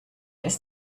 ist